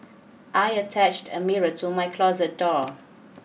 I attached a mirror to my closet door